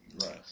Right